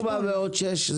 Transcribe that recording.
ארבע ועוד שש,